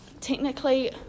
technically